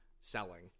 selling